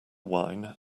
wine